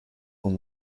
con